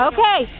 Okay